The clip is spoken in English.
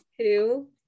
Two